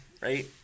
right